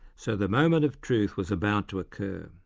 so the moment of truth was about to occur.